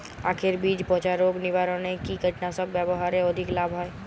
আঁখের বীজ পচা রোগ নিবারণে কি কীটনাশক ব্যবহারে অধিক লাভ হয়?